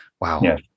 Wow